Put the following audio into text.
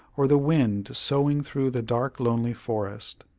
or the wind soughing through the dark lonely forest.